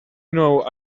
know